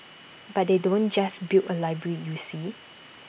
but they don't just build A library you see